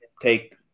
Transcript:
take